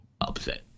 upset